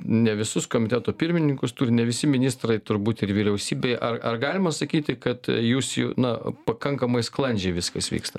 ne visus komiteto pirmininkus turi ne visi ministrai turbūt ir vyriausybėj ar ar galima sakyti kad jūs jų na pakankamai sklandžiai viskas vyksta